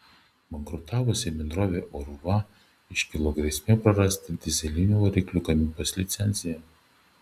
bankrutavusiai bendrovei oruva iškilo grėsmė prarasti dyzelinių variklių gamybos licenciją